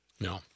No